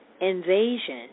Invasion